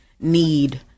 need